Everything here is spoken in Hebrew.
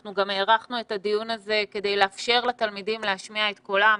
אנחנו גם הארכנו את הדיון הזה כדי לאפשר לתלמידים להשמיע את קולם,